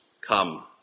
come